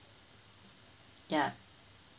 yeah